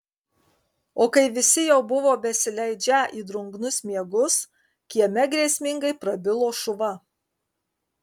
o kai visi jau buvo besileidžią į drungnus miegus kieme grėsmingai prabilo šuva